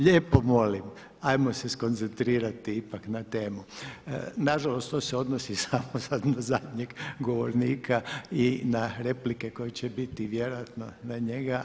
Lijepo molim, ajmo se skoncentrirati ipak na temu, nažalost to se odnosi samo na zadnjeg govornika i na replike koje će biti vjerojatno na njega.